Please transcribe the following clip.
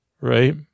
Right